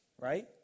Right